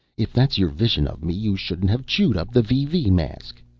if that's your vision of me, you shouldn't have chewed up the vv mask.